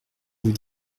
vous